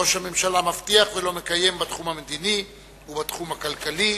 ראש הממשלה מבטיח ולא מקיים בתחום המדיני ובתחום הכלכלי.